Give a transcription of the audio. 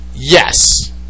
Yes